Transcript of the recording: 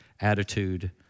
attitude